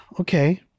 okay